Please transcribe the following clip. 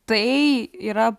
tai yra